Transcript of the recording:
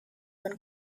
when